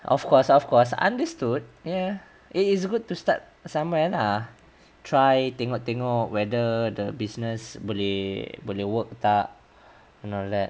of course of course understood ya it's good to start somewhere ah try tengok tengok whether the business boleh boleh work tak and all that